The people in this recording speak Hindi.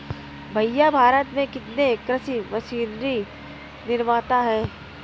भैया भारत में कितने कृषि मशीनरी निर्माता है?